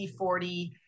C40